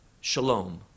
Shalom